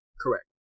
Correct